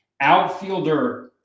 outfielder